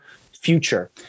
future